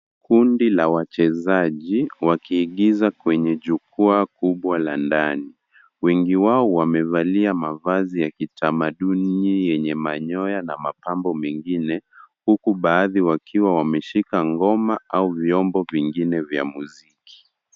Kundi la wachezaji wakiingiza kwenye jukwaa kubwa la ndani. Wengi wao wamevalia mavazi ya kitamaduni yenye manyoa na mapambo mengine huku baadhi wakiwa wameshika ngoma au vyombo vingine vya muziki.